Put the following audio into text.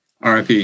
RIP